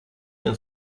and